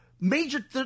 major